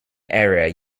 area